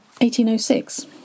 1806